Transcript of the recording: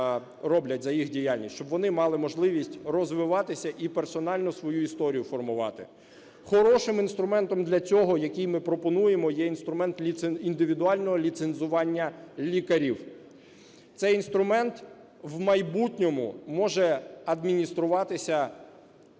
роблять, за їх діяльність, щоб вони мали можливість розвиватися і персональну свою історію формувати. Хорошим інструментом для цього, який ми пропонуємо, є інструмент індивідуального ліцензування лікарів. Це інструмент у майбутньому може адмініструватися